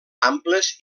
amples